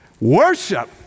worship